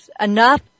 enough